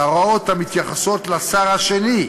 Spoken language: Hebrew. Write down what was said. והוראות המתייחסות לשר השני,